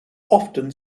often